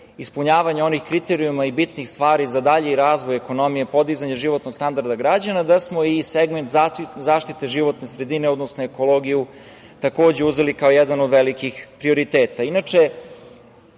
ispunjavanja onih kriterijuma i bitnih stvari za dalji razvoj ekonomije i podizanje životnog standarda građana, da smo i segment zaštite životne sredine, odnosno ekologiju takođe uzeli kao jedan od velikih prioriteta. Inače,